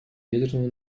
ядерного